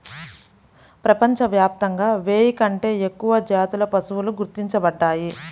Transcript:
ప్రపంచవ్యాప్తంగా వెయ్యి కంటే ఎక్కువ జాతుల పశువులు గుర్తించబడ్డాయి